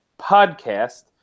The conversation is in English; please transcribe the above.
podcast